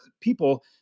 people